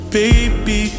baby